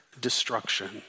destruction